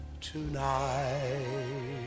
tonight